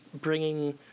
bringing